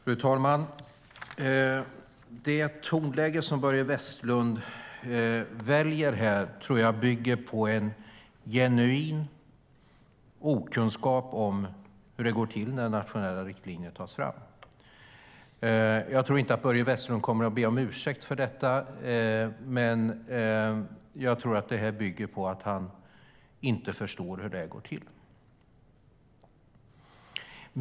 Fru talman! Det tonläge som Börje Vestlund väljer här tror jag bygger på en genuin okunskap om hur det går till när nationella riktlinjer tas fram. Jag tror inte att han kommer att be om ursäkt för det, men jag tror att han inte förstår hur det går till.